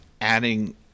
adding